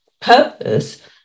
purpose